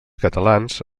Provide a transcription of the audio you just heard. catalans